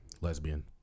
lesbian